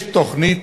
יש תוכנית